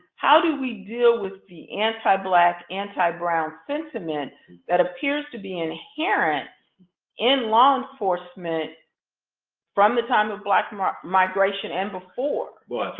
how do we deal with the anti-black, anti-brown sentiment that appears to be inherent in law enforcement from the time of black and migration and before?